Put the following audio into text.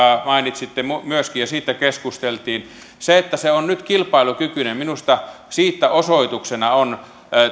mainitsitte myöskin ja siitä keskusteltiin se on nyt kilpailukykyinen ja minusta siitä osoituksena on